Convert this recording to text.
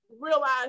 realize